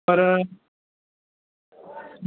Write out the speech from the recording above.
भले तां छाता चओ